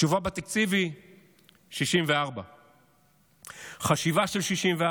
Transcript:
התשובה בתקציב היא 64. חשיבה של 64,